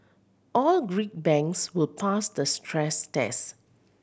all Greek banks will pass the stress tests